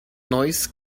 noise